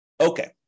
Okay